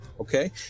okay